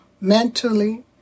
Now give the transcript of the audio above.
mentally